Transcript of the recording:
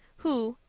who,